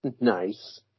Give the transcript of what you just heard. Nice